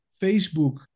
Facebook